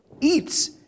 eats